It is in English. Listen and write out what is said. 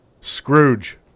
Scrooge